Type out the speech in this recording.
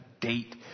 date